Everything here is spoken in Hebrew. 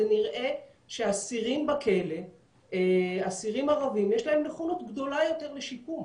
זה נראה שלאסירים הערבים יש נכונות גדולה יותר לשיקום.